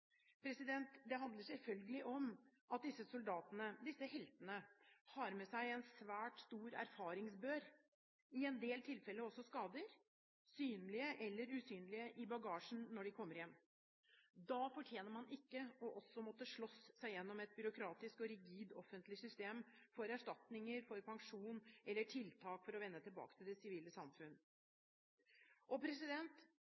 Det handler selvfølgelig om at disse soldatene, disse heltene, har med seg en svært stor erfaringsbør i bagasjen, i en del tilfeller også skader, synlige eller usynlige, når de kommer hjem. Da fortjener man ikke i tillegg å måtte sloss seg gjennom et byråkratisk og rigid offentlig system for erstatninger, pensjon eller tiltak for å vende tilbake til det sivile samfunn.